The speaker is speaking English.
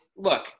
Look